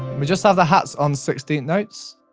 we just have the hats on sixteenth notes.